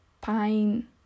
pine